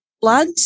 blood